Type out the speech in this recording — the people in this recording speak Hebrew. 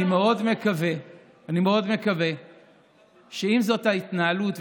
אני מאוד מקווה שאם זאת ההתנהלות,